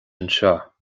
anseo